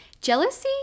jealousy